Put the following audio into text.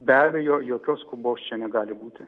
be abejo jokios skubos čia negali būti